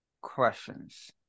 questions